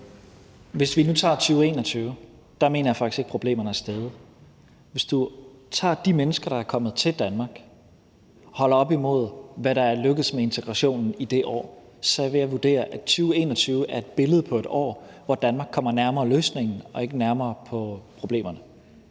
vi nu tager 2021, mener jeg faktisk ikke, at problemerne er vokset. Hvis du tager de mennesker, der er kommet til Danmark, og holder det op imod, hvad der er lykkedes med integrationen i det år, så vil jeg vurdere, at 2021 er et billede på et år, hvor Danmark kommer nærmere løsningen og ikke nærmere på problemerne.